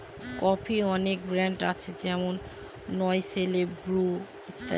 কফির অনেক ব্র্যান্ড আছে যেমন নেসলে, ব্রু ইত্যাদি